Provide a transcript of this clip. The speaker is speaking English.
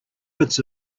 bits